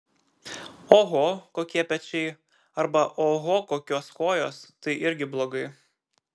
oho kokie pečiai arba oho kokios kojos tai irgi blogai